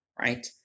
right